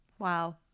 Wow